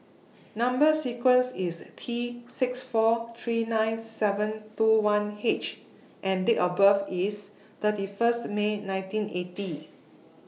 Number sequence IS T six four three nine seven two one H and Date of birth IS thirty First May nineteen eighty